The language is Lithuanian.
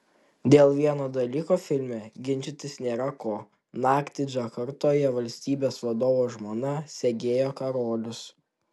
dėl vieno dalyko filme ginčytis nėra ko naktį džakartoje valstybės vadovo žmona segėjo karolius